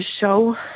show